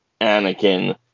Anakin